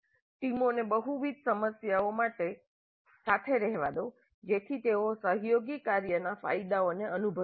ટીમોને બહુવિધ સમસ્યાઓ માટે સાથે રહેવા દો જેથી તેઓ સહયોગી કાર્યના ફાયદાઓને અનુભવી શકે